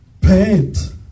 paint